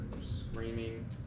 screaming